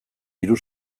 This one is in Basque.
diru